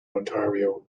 ontario